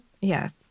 Yes